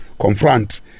confront